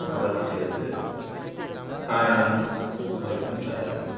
भवति चेत् कारणं भवितुम् अर्हति